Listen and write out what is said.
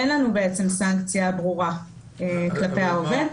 אין לנו בעצם סנקציה ברורה כלפי העובד.